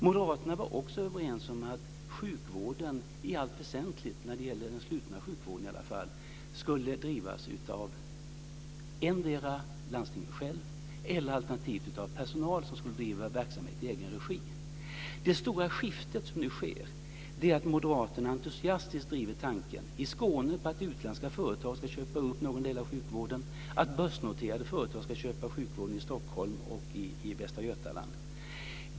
Moderaterna var också överens om att sjukvården i allt väsentligt, i alla fall den slutna sjukvården, skulle drivas av endera landstingen själva eller av personal som skulle driva verksamhet i egen regi. Det stora skiftet som nu sker är att Moderaterna i Skåne entusiastiskt driver tanken på att utländska företag ska köpa upp någon del av sjukvården, att börsnoterade företag ska köpa sjukvården i Stockholm och i Västra Götaland.